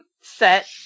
set